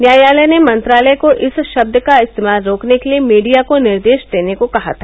न्यायालय ने मंत्रालय को इस शब्द का इस्तेमाल रोकने के लिए मीडिया को निर्देश देने को कहा था